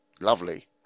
Lovely